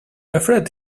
afraid